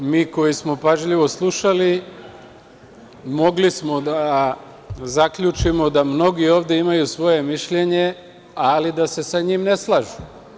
Mi koji smo pažljivo slušali mogli smo da zaključimo da mnogi ovde imaju svoje mišljenje, ali da se sa njim ne slažu.